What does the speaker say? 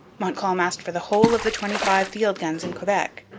montcalm asked for the whole of the twenty-five field guns in quebec.